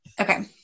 Okay